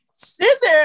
scissor